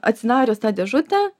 atsidarius tą dėžutę